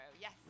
Yes